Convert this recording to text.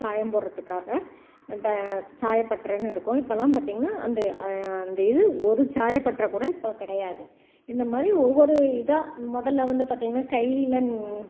சாயம் போடுறதுக்காக ட சாயப்பட்டறைன்னு இருக்கும் இப்பெலாம் பார்த்தீங்கன்னா அந்த அந்த இது ஒரு சாயப்பட்டறை கூட இப்போ கிடையாது இந்தமாதிரி ஒவ்வொரு இதாக முதல்ல வந்து பார்த்தீங்கன்னா கைலன்